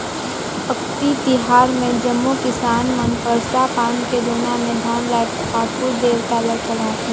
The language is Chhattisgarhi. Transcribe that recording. अक्ती तिहार मे जम्मो किसान मन परसा पान के दोना मे धान ल ठाकुर देवता ल चढ़ाथें